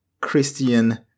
Christian